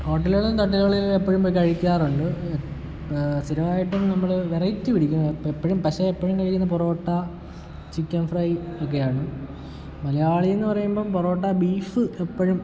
ഹോട്ടലുകളും തട്ടുകളിലും എപ്പോഴും പോയി കഴിക്കാറുണ്ട് സ്ഥിരമായിട്ടും നമ്മൾ വെറൈറ്റി പിടിക്കും എ എപ്പോഴും പക്ഷെ എപ്പോഴും കഴിക്കുന്ന പൊറോട്ട ചിക്കൻ ഫ്രൈ ഒക്കെയാണ് മലയാളിയെന്ന് പറയുമ്പം പൊറോട്ട ബീഫ് എപ്പോഴും